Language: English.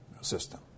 system